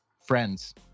friends